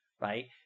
Right